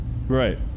Right